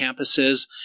campuses